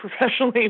professionally